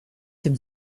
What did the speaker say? dem